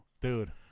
Dude